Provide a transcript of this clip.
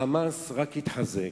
ה"חמאס" רק התחזק,